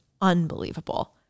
unbelievable